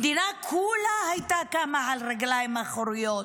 המדינה כולה הייתה קמה על רגליים אחוריות.